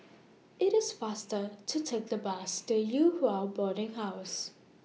IT IS faster to Take The Bus to Yew Hua Boarding House